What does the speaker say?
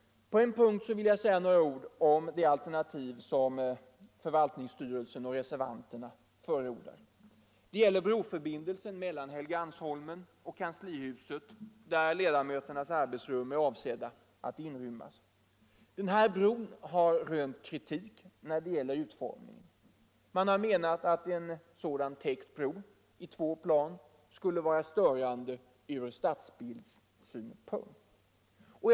På en punkt vill jag säga några ord om det alternativ som förvaltningsstyrelsen och reservanterna förordar. Det gäller broförbindelsen mellan Helgeandsholmen och kanslihuset, där ledamöternas rum är avsedda att inrymmas. Den här bron har rönt kritik i vad gäller utformningen. Man har menat att en sådan täckt bro i två plan skulle vara störande ur stadsbildssynpunkt.